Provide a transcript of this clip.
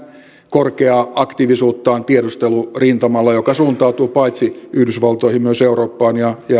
korkeaa aktiivisuuttaan tiedustelurintamalla joka suuntautuu paitsi yhdysvaltoihin myös eurooppaan ja